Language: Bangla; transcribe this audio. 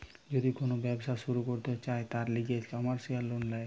যদি কোন ব্যবসা শুরু করতে চায়, তার লিগে কমার্সিয়াল লোন ল্যায়